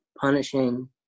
punishing